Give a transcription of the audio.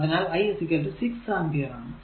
അതിനാൽ I 6 ampere ആണ്